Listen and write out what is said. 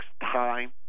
time